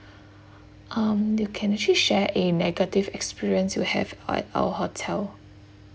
um you can actually share a negative experience you have at our hotel